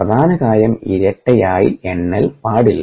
പ്രധാന കാര്യം ഇരട്ടയായി എണ്ണൽ പാടില്ല